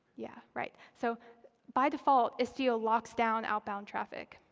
yeah, right. so by default, istio locks down outbound traffic.